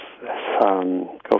go